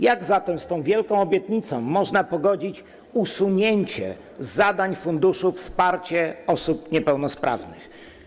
Jak zatem z tą wielką obietnicą można pogodzić usunięcie zadań funduszu, do których należy wsparcie osób niepełnosprawnych?